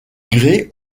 grès